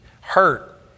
hurt